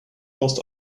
most